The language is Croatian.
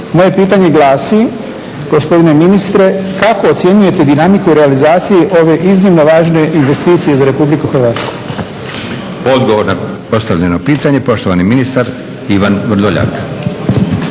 Moje pitanje glasi, gospodine ministre, kako ocjenjujete dinamiku realizacije ove iznimno važne investicije za RH? **Leko, Josip (SDP)** Odgovor na postavljeno pitanje, poštovani ministar Ivan Vrdoljak.